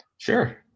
sure